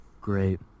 Great